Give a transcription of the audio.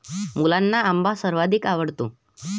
मुलांना आंबा सर्वाधिक आवडतो